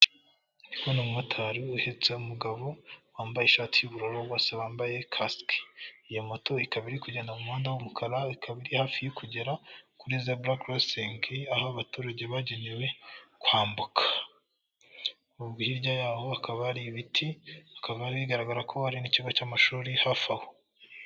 Umumotari uhetse umugabo wambaye ishati y'ubururu bose bambaye kasike. Iyo moto ikaba iri kugenda mumuhanda w'umukara ikaba iri hafi kugera kuri zebura korosingi aho abaturage bagenewe kwambuka. Hirya yaho akaba hari ibiti, bikaba bigaragara ko hari n'ikigo cy'amashuri hafi aho.